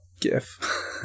gif